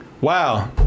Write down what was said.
Wow